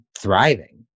thriving